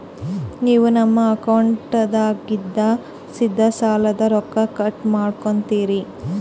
ನೀವು ನಮ್ಮ ಅಕೌಂಟದಾಗಿಂದ ಸೀದಾ ಸಾಲದ ರೊಕ್ಕ ಕಟ್ ಮಾಡ್ಕೋತೀರಿ?